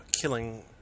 killing